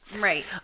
right